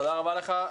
תודה רבה לך.